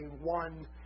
one